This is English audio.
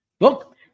Look